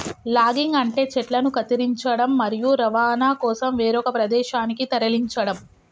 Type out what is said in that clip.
logging అంటే చెట్లను కత్తిరించడం, మరియు రవాణా కోసం వేరొక ప్రదేశానికి తరలించడం